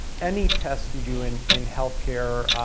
any test you do in in healthcare,